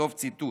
סוף ציטוט.